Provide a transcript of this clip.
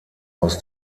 aus